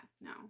no